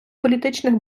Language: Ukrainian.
політичних